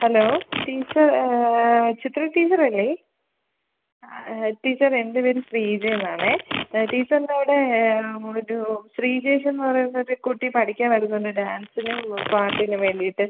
hello teacher Chitra ടീച്ചറല്ലേ ആ teacher എൻ്റെ പേര് സ്രീജേന്നാണെ ടീച്ചറിൻ്റ അവിടെ ഒരു സ്രീജേഷെന്ന് പറയുന്ന ഒര് കുട്ടി പഠിക്കാൻ വരുന്നുണ്ട് ഡാൻസിനും പാട്ടിനും വേണ്ടിയിട്ട്